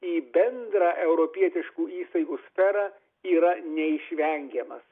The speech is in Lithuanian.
į bendrą europietiškų įstaigų sferą yra neišvengiamas